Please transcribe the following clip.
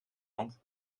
hand